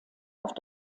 auf